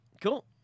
Cool